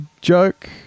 joke